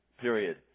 period